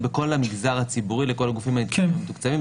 ובכל המגזר הציבורי לכל הגופים המתוקצבים.